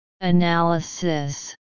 Analysis